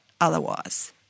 otherwise